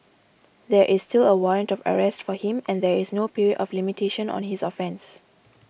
there is still a warrant of arrest for him and there is no period of limitation on his offence